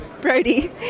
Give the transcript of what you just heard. Brody